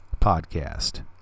Podcast